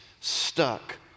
stuck